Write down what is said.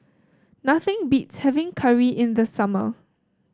nothing beats having curry in the summer